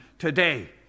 today